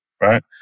right